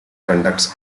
conducts